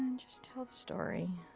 and just tell the story.